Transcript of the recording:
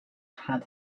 had